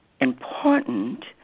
important